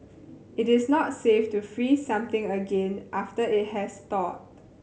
it is not safe to freeze something again after it has thawed